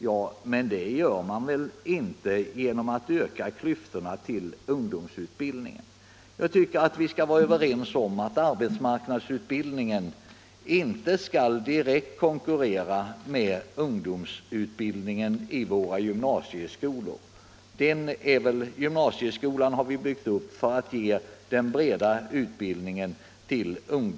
Ja, men det gör man väl inte genom att öka klyftorna till ungdomsutbild